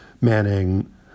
Manning